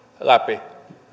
läpi